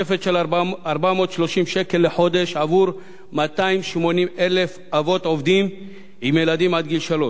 תוספת של 430 שקל לחודש עבור 280,000 אבות עובדים עם ילדים עד גיל שלוש,